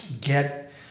get